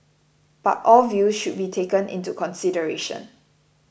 but all views should be taken into consideration